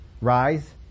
rise